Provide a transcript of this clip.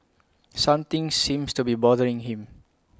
something seems to be bothering him